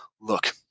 look